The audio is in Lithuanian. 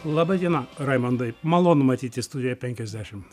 laba diena raimondai malonu matyti studijoj penkiasdešimt